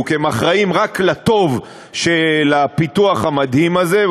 אחראים רק לטוב של הפיתוח המדהים הזה,